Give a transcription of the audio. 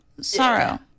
sorrow